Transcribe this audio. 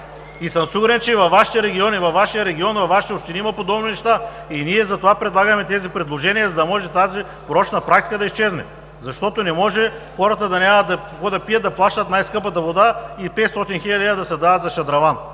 И съм сигурен, че във Вашите региони, във Вашия регион, във Вашите общини има подобни неща. Ние затова предлагаме тези предложения, за да може тази порочна практика да изчезне. Не може хората да нямат какво да пият, да плащат най-скъпата вода и 500 хил. лв. да се дават за шадраван?!